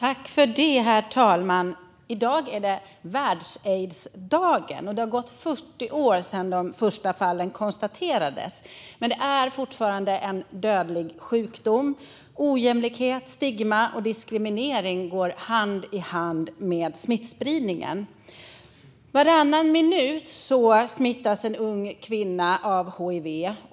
Herr talman! I dag är det Världsaidsdagen. Det har gått 40 år sedan de första fallen konstaterades, men aids är fortfarande en dödlig sjukdom. Ojämlikhet, stigma och diskriminering går hand i hand med smittspridningen. Varannan minut smittas en ung kvinna av hiv.